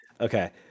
Okay